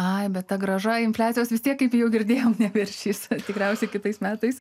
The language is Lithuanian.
aibė tą grąžą infliacijos vis tiek kaip jau girdėjome neviršys tikriausiai kitais metais